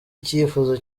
icyifuzo